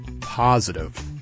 positive